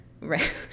Right